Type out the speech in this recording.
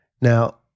Now